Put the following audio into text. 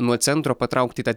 nuo centro patraukti į tą